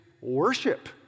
worship